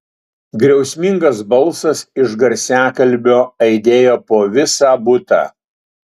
griausmingas balsas iš garsiakalbio aidėjo po visą butą